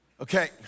Okay